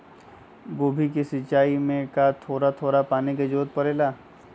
गोभी के सिचाई में का थोड़ा थोड़ा पानी के जरूरत परे ला?